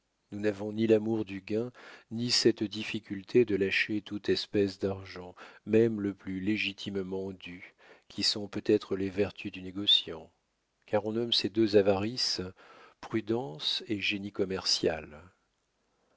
nous n'avons ni l'amour du gain ni cette difficulté de lâcher toute espèce d'argent même le plus légitimement dû qui sont peut-être les vertus du négociant car on nomme ces deux avarices prudence et génie commercial